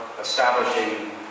establishing